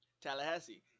Tallahassee